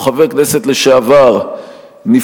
או חבר הכנסת לשעבר נפטר,